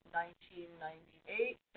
1998